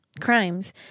Crimes